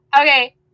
Okay